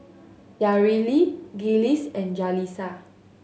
Yareli Giles and Jalisa